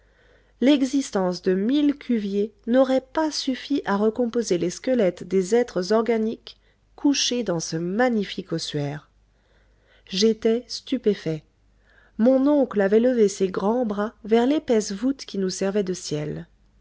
l'existence de mille cuvier n'aurait pas suffi a recomposer les squelettes des êtres organiques couchés dans ce magnifique ossuaire j'étais stupéfait mon oncle avait levé ses grands bras vers l'épaisse voûte qui nous servait de ciel